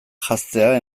janztea